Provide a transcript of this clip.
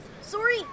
Sorry